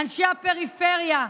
אנשי הפריפריה,